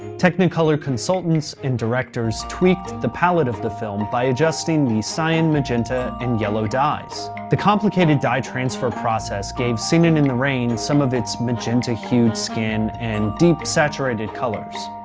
technicolor consultants and directors tweaked the palette of the film by adjusting the cyan, magenta and yellow dyes. the complicated dye transfer process gave singin' in the rain some of its magenta-hued skin and deep saturated colors.